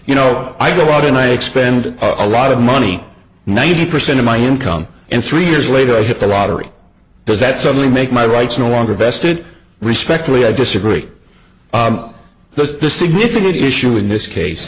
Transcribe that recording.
you know i do a lot and i expend a lot of money ninety percent of my income in three years later i hit the lottery because that suddenly make my rights no longer vested respectfully i disagree those the significant issue in this case